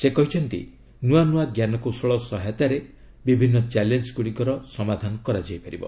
ସେ କହିଛନ୍ତି ନ୍ତଆ ନ୍ତଆ ଜ୍ଞାନକୌଶଳ ସହାୟତାରେ ବିଭିନ୍ନ ଚ୍ୟାଲେଞ୍ଗୁଡ଼ିକର ସମାଧାନ କରାଯାଇପାରିବ